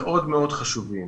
דוח רבעון א' הוא מינואר עד מארס,